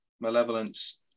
malevolence